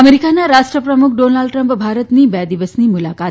અમેરિકાના રાષ્ટ્રપ્રમુખ Donald Trump ભારતની બે દિવસની મુલાકાતે